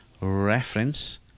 reference